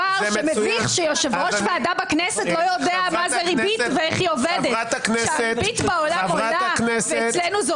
בדבר כזה אני אגיד להם: חבר'ה, לא מקובל.